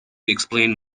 explain